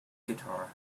guitar